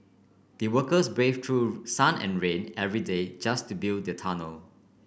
the workers brave through sun and rain every day just to build the tunnel